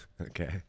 Okay